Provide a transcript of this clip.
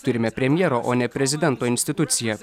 turime premjero o ne prezidento instituciją